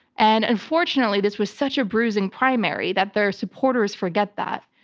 and unfortunately, this was such a bruising primary that their supporters forget that.